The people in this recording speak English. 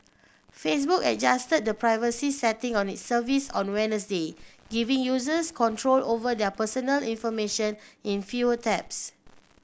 Facebook adjusted the privacy setting on its service on Wednesday giving users control over their personal information in fewer taps